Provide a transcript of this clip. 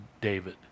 David